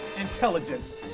intelligence